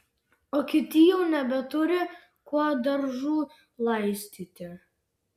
o kiti jau nebeturi kuo daržų laistyti